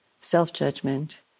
self-judgment